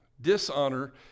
dishonor